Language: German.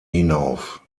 hinauf